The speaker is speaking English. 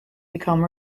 become